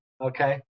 okay